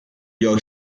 york